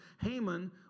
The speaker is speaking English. Haman